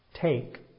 take